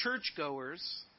churchgoers